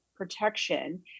protection